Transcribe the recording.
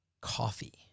Coffee